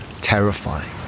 terrifying